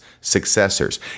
successors